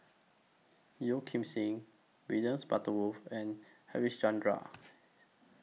Yeo Kim Seng William Butterworth and Harichandra